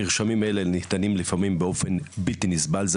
מרשמים אלה ניתנים לפעמים באופן בלתי נסבל,